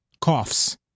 Coughs